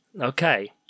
Okay